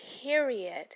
period